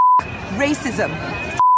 racism